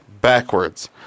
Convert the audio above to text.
backwards